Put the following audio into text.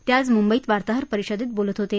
ते आज मुंबईत वार्ताहर परिषदेत बोलत होते